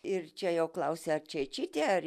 ir čia jau klausia ar čeičytė ar